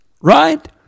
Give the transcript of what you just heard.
right